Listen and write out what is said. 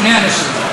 שני אנשים.